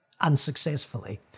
Unsuccessfully